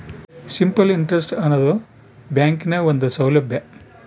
simple interest ಆನದು ಬ್ಯಾಂಕ್ನ ಒಂದು ಸೌಲಬ್ಯಾ